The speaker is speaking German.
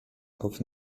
auf